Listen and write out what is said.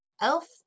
elf